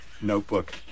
notebook